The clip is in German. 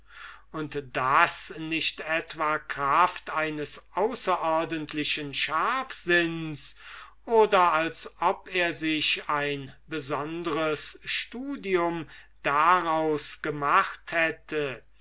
und das nicht etwa in kraft eines außerordentlichen scharfsinns oder als ob er sich ein besonderes studium daraus gemacht hätte